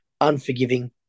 unforgiving